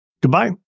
Goodbye